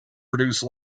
produce